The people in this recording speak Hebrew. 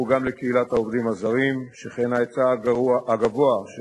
התמריץ הכלכלי האמור יצר מצב שבו לעוסקים בתחום העסקתם של עובדים